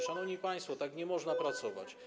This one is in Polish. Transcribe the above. Szanowni państwo, tak nie można pracować.